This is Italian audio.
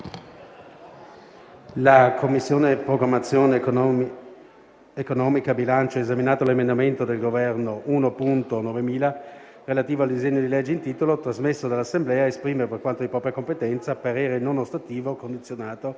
Commissione programmazione economica, bilancio, esaminato l'emendamento del Governo 1.9000, relativo al disegno di legge in titolo, trasmesso dall'Assemblea, esprime, per quanto di propria competenza, parere non ostativo condizionato,